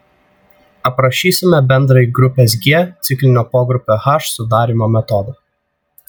aprašysime bendrąjį grupės g ciklinio pogrupio h sudarymo metodą